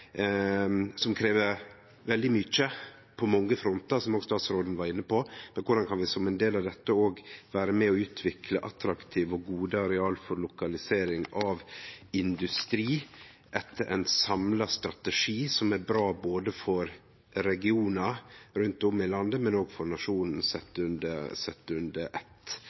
som krev veldig mykje på mange frontar, som òg statsråden var inne på: Korleis kan vi, som ein del av dette, òg vere med på å utvikle attraktive og gode areal for lokalisering av industri, etter ein samla strategi som er bra både for regionar rundt om i landet og for nasjonen sett under